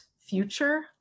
future